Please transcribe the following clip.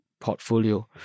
portfolio